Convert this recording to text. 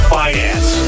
finance